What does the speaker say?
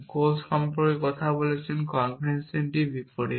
গোল সম্পর্কে কথা বলছেন কনভেনশনটি বিপরীত